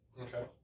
okay